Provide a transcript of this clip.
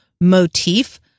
motif